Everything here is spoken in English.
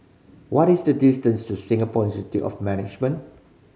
what is the distance to Singapore Institute of Management